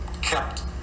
kept